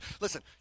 Listen